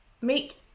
make